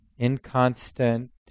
inconstant